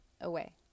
away